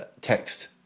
text